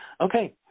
Okay